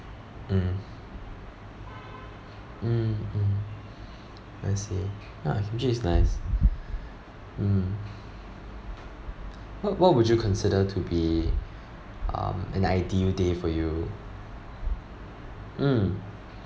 mm mm mm I see ah kimchi is nice mm what what would you consider to be um an ideal day for you mm